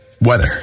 weather